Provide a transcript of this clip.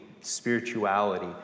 spirituality